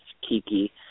Kiki